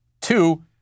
Two